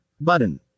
button